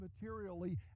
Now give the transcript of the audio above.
materially